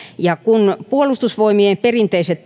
kun puolustusvoimien perinteiset